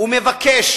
ומבקש